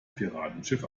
piratenschiff